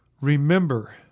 remember